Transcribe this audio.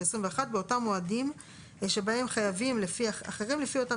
ו-21 באותם מועדים שבהם חייבים אחרים לפי אותן